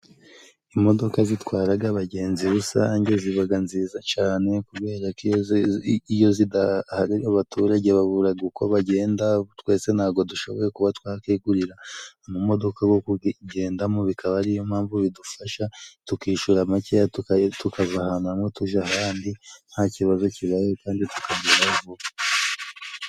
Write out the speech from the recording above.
Imodoka zitwaraga abagenzi rusange zibaga nziza cane, kubera ko iyo zidahari abaturage baburaga uko bagenda. Twese ntago dushoboye kuba twakigurira amamodoka go kugendamo, bikaba ariyo mpamvu bidufasha tukishura makeya tukava ahantu hamwe tuja ahandi nta kibazo kibaye, kandi tukagerayo vuba.